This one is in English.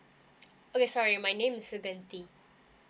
okay sorry my name is sukundi